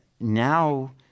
now